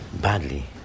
badly